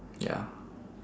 ya